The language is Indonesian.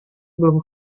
belum